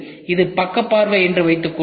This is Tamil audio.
இது பக்க பார்வை என்று வைத்துக்கொள்வோம்